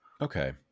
Okay